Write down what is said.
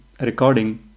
recording